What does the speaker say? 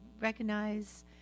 recognize